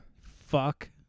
Fuck